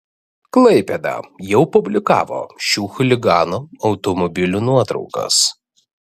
klaipėda jau publikavo šių chuliganų automobilių nuotraukas